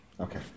Okay